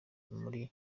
buri